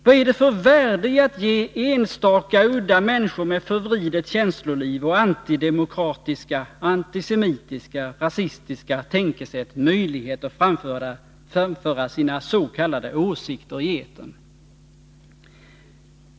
Vad är det för värde i att ge enstaka, udda människor med förvridet Nr 162 känsloliv och antidemokratiska, antisemitiska eller rasistiska tankesätt Onsdagen den möjlighet att framföra sina s.k. åsikter i etern?